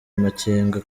amakenga